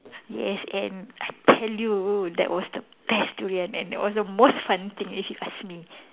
yes and I tell you that was the best durian and that was the most fun thing if you ask me